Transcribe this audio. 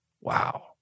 Wow